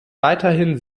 weiterhin